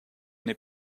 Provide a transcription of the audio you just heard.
n’ai